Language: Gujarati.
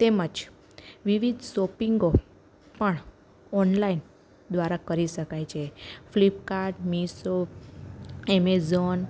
તેમજ વિવિધ શોપિંગો પણ ઓનલાઈન દ્વારા કરી શકાય છે ફ્લિપકાર્ટ મીસો એમેઝોન